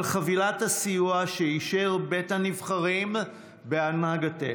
על חבילת הסיוע שאישר בית הנבחרים בהנהגתך,